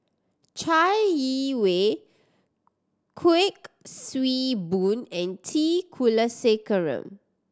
Chai Yee Wei Kuik Swee Boon and T Kulasekaram